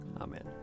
Amen